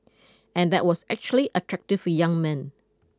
and that was actually attractive young men